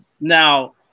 now